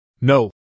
No